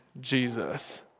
Jesus